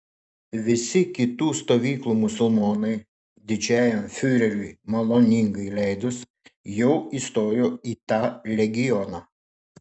visi kitų stovyklų musulmonai didžiajam fiureriui maloningai leidus jau įstojo į tą legioną